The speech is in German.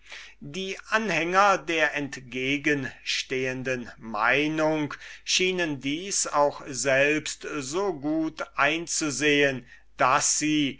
die anhänger der entgegenstehenden meinung schienen dieses auch selbst so gut einzusehen daß sie